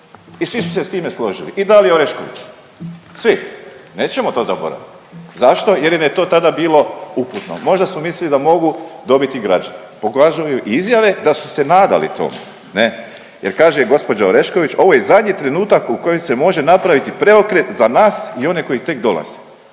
i svi su se s time složili i Dalija Orešković, svi. Nećemo to zaboravit. Zašto? jer im je to tada bilo uputno. Možda su mislili da mogu dobiti građane, pokazuju mi izjave da su se nadali tome ne jer kaže gospođa Orešković, ovo je zadnji trenutak u kojem se može napraviti preokret za nas i one koji tek dolaze